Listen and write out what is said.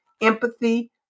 empathy